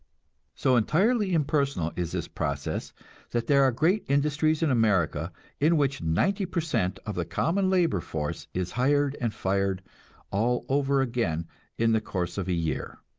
so entirely impersonal is this process that there are great industries in america in which ninety per cent of the common labor force is hired and fired all over again in the course of a year.